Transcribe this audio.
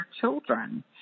children